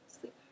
sleep